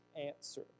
answer